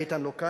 ואיתן לא כאן,